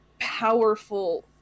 powerful